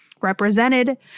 represented